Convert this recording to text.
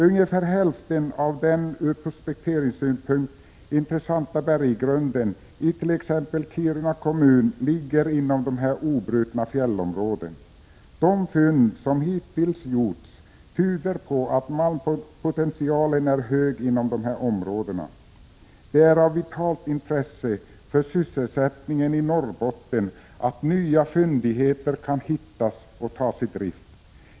Ungefär hälften av den ur prospekteringssynpunkt intressanta berggrundenit.ex. Kiruna kommun ligger inom de obrutna fjällområdena. De fynd som hittills gjorts tyder på att malmpotentialen är hög inom dessa områden. Det är av vitalt intresse för sysselsättningen i Norrbotten att nya fyndigheter kan hittas och tas i drift.